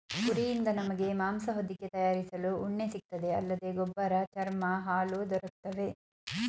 ಕುರಿಯಿಂದ ನಮಗೆ ಮಾಂಸ ಹೊದಿಕೆ ತಯಾರಿಸಲು ಉಣ್ಣೆ ಸಿಗ್ತದೆ ಅಲ್ಲದೆ ಗೊಬ್ಬರ ಚರ್ಮ ಹಾಲು ದೊರಕ್ತವೆ